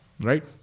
Right